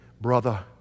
brother